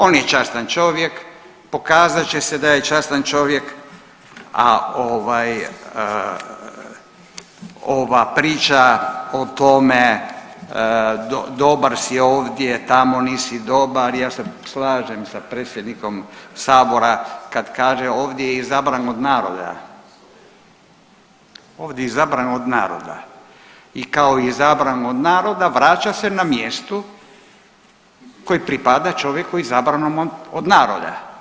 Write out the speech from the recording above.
On je častan čovjek, pokazat će se da je častan čovjek, a ovaj ova priča o tome dobar si ovdje, tamo nisi dobar, ja se slažem sa predsjednikom sabora kad kaže ovdje je izabran od naroda, ovdje je izabran od naroda i kao izabran od naroda vraća se na mjestu koje pripada čovjeku izabranom od naroda.